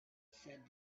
said